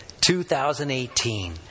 2018